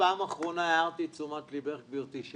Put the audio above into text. בפעם האחרונה הערתי את תשומת ליבך, גברתי,